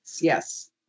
Yes